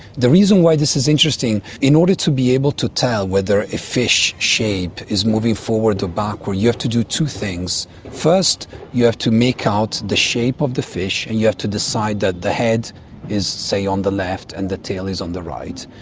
the reason why this is interesting, in order to be able to tell whether a fish shape is moving forward or backward you have to do two things. first you have to make out the shape of the fish and you have to decide that the head is, say, on the left and the tail is on the right.